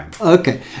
okay